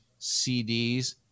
CDs